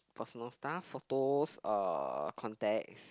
personal stuff photos uh contacts